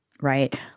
Right